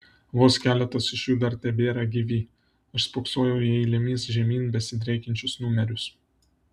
vos keletas iš jų dar tebėra gyvi aš spoksojau į eilėmis žemyn besidriekiančius numerius